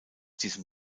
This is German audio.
diesem